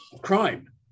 crime